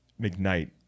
mcknight